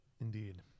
indeed